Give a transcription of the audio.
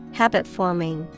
habit-forming